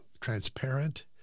transparent